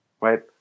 right